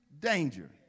danger